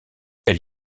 elle